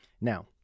Now